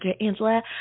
Angela